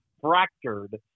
fractured